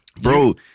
Bro